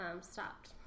stopped